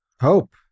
Hope